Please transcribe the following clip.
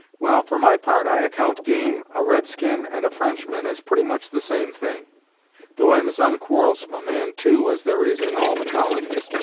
well, for my part i account game, a red-skin, and a frenchman as pretty much the same thing though i'm as onquarrelsome a man, too, as there is in all the colonies.